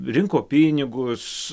rinko pinigus